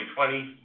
2020